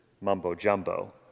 mumbo-jumbo